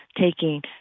taking